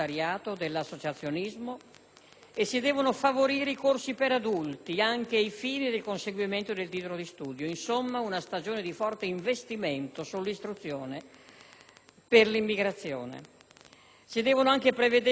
e si devono favorire i corsi per adulti, anche ai fini del conseguimento del titolo di studio. Insomma, una stagione di forte investimento sull'istruzione per l'immigrazione.